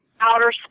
outer